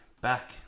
back